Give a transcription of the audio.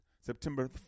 September